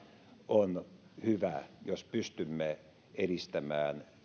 on hyvä jos pystymme edistämään